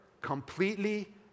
completely